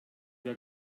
wir